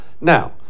Now